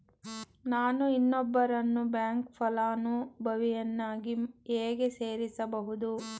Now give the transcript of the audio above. ನಾನು ಇನ್ನೊಬ್ಬರನ್ನು ಬ್ಯಾಂಕ್ ಫಲಾನುಭವಿಯನ್ನಾಗಿ ಹೇಗೆ ಸೇರಿಸಬಹುದು?